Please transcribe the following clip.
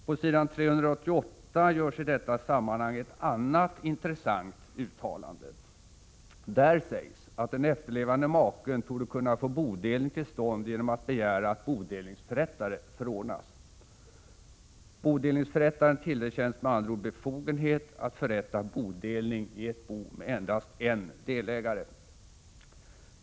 På s. 388 görs i detta sammanhang ett annat intressant uttalande. Där sägs att den efterlevande maken torde kunna få bodelning till stånd genom att begära att bodelningsförrättare förordnas. Bodelningsförrättaren tillerkänns med andra ord befogenhet att förrätta bodelning i ett bo med endast en delägare.